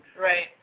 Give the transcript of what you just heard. Right